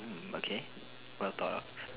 mm okay well thought of